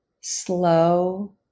slow